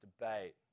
debate